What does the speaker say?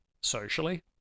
Socially